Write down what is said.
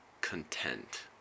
content